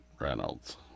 reynolds